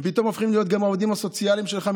הם פתאום הופכים להיות גם העובדים הסוציאליים שלך,